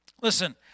Listen